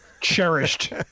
cherished